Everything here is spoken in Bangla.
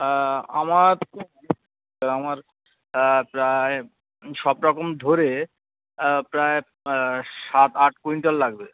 আমার আমার প্রায় সব রকম ধরে প্রায় সাত আট কুইন্টাল লাগবে